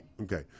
Okay